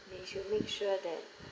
they should make sure that